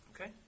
Okay